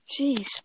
Jeez